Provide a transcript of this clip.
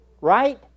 Right